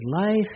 life